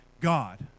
God